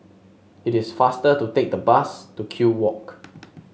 it is faster to take the bus to Kew Walk